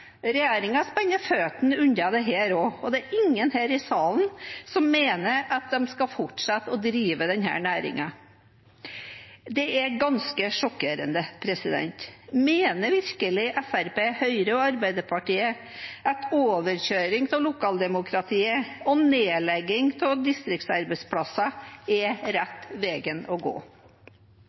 spenner føttene unna dette også. Det er ingen her i salen som mener at de skal få fortsette å drive denne næringen. Det er ganske sjokkerende. Mener virkelig Fremskrittspartiet, Høyre og Arbeiderpartiet at overkjøring av lokaldemokratiet og nedlegging av distriktsarbeidsplasser er rette veien å gå?